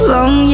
Long